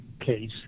case